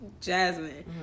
jasmine